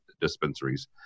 dispensaries